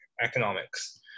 economics